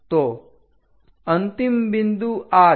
તો અંતિમ બિંદુ આ છે